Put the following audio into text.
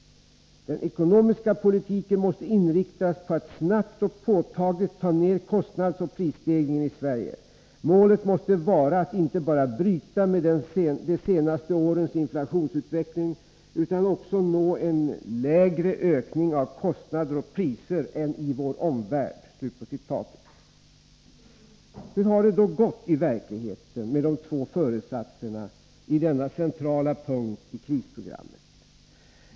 Den ekonomiska politiken måste inriktas på att snabbt och påtagligt ta ner kostnadsoch prisstegringen i Sverige. Målet måste vara att inte bara bryta med de senaste årens inflationsutveckling utan också nå en lägre ökning av kostnader och priser än i vår omvärld.” Hur har det då i verkligheten gått med de två föresatserna i denna centrala punkt i krisprogrammet?